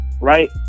right